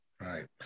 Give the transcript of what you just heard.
Right